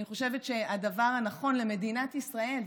אני חושבת שהדבר הנכון למדינת ישראל,